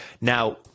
Now